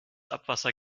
abwasser